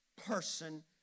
person